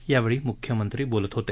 यावेळी मुख्यमंत्री बोलत होते